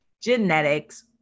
genetics